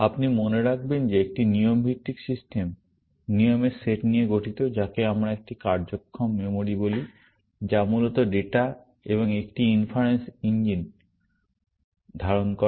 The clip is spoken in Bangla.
আপনি মনে রাখবেন যে একটি নিয়ম ভিত্তিক সিস্টেম নিয়মের সেট নিয়ে গঠিত যাকে আমরা একটি কার্যক্ষম মেমরি বলি যা মূলত ডেটা এবং একটি ইনফারেন্স ইঞ্জিন ধারণ করে